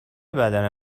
بدن